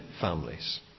families